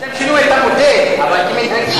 לשם שינוי אתה מודה, אבל כמנהגי.